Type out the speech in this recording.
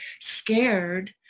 scared